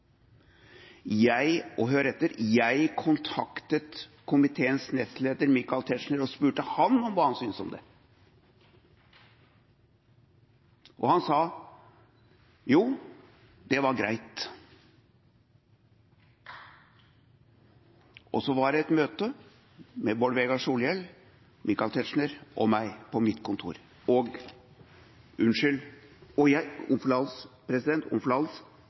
Jeg – og hør etter – kontaktet komiteens nestleder, Michael Tetzschner, og spurte ham om hva han syntes om det, og han sa det var greit. Så var det et møte mellom Bård Vegar Solhjell, Michael Tetzschner og meg på mitt kontor. Og jeg – om forlatelse, om forlatelse